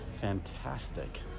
fantastic